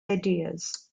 ideas